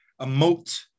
emote